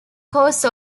cause